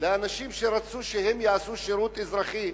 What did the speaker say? לאנשים שרצו שהם יעשו שירות אזרחי?